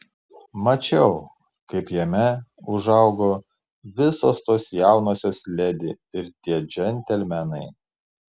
mačiau kaip jame užaugo visos tos jaunosios ledi ir tie džentelmenai